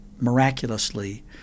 miraculously